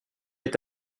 est